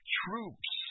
troops